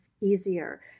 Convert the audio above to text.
easier